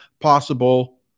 possible